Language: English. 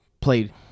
played